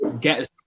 get